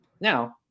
now